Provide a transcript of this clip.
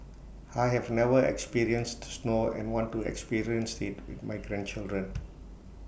I have never experienced snow and want to experience IT with my grandchildren